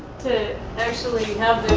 to actually have the